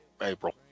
April